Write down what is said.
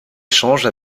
échange